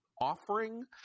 offering